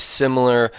similar